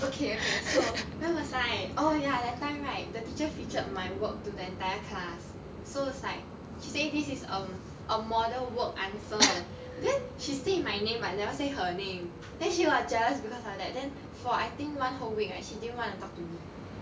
okay okay so where was I oh ya that time right the teacher featured my work to the entire class so it's like she say this is um a model work answer then she say my name but never say her name then she got jealous because of that then for I think one whole week right she didn't want to talk to me